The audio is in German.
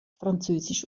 französisch